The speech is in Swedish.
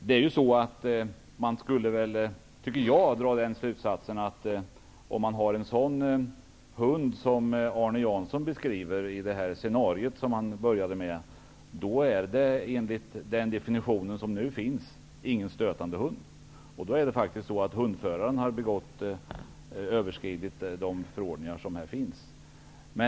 Jag tycker att man skulle dra slutsatsen att det, om man har en hund som den Arne Jansson beskriver, enligt den definition som nu finns, inte är en stötande hund. Hundföraren har då överskridit de förordningar som finns.